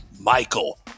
Michael